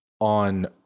on